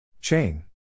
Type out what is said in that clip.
Chain